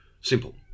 Simple